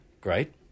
Great